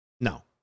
No